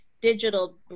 digital